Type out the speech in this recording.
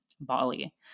Bali